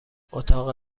اتاق